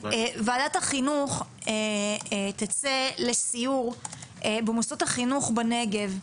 ועדת החינוך תצא לסיור במוסדות החינוך בנגב,